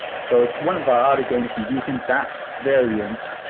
so one of ah ah other game is using that variant